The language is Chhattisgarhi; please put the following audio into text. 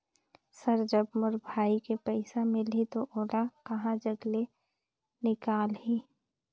सर जब मोर भाई के पइसा मिलही तो ओला कहा जग ले निकालिही?